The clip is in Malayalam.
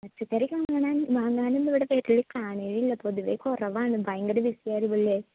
പച്ചക്കറിയൊക്കെ അങ്ങനെ വാങ്ങാനൊന്നും ഇവിടെ വരല് കാണണില്ല പൊതുവെ കുറവാണ് ഭയങ്കര ബിസ്സിയായിരിക്കുമല്ലേ